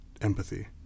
Empathy